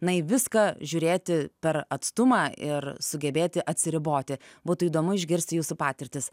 na į viską žiūrėti per atstumą ir sugebėti atsiriboti būtų įdomu išgirsti jūsų patirtis